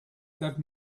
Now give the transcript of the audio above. that